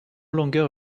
longer